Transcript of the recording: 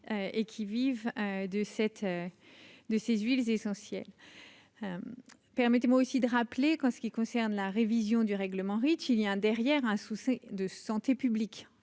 et qui vivent de cette de ces huiles essentielles, permettez-moi aussi de rappeler qu'en ce qui concerne la révision du règlement Reach il derrière un souci de santé publique,